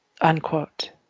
Unquote